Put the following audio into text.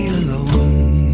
alone